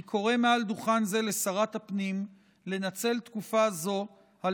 אני קורא מעל דוכן זה לשרת הפנים לנצל תקופה זו על